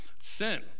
sin